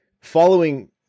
following